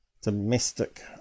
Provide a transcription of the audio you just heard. domestic